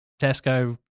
Tesco